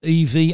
EV